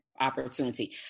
opportunity